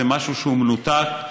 זה משהו שהוא מנותק,